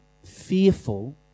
fearful